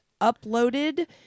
uploaded